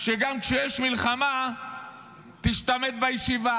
שגם כשיש מלחמה תשתמט בישיבה.